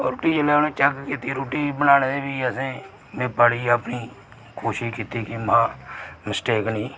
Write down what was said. रुट्टी जिसले उनें चेक कीती रुट्टी बने दे बी असें में बड़ी अपनी कोशश कीती कि कुतैमिस्टेक